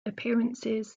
appearances